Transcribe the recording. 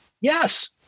Yes